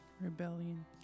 Rebellion